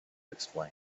explain